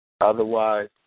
Otherwise